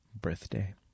birthday